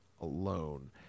alone